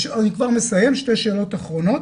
שתי שאלות אחרונות.